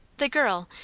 the girl,